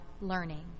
learning